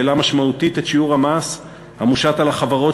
שהעלה משמעותית את שיעור המס המושת על החברות